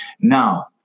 Now